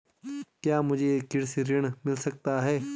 क्या मुझे कृषि ऋण मिल सकता है?